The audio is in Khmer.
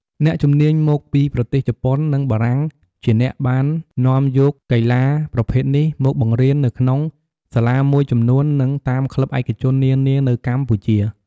អ្នកជំនាញមកពីប្រទេសជប៉ុន និងបារាំងជាអ្នកបាននាំយកកីឡាប្រភេទនេះមកបង្រៀននៅក្នុងសាលាមួយចំនួន និងតាមក្លិបឯកជននានានៅកម្ពុជា ។